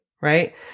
right